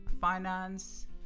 finance